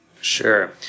Sure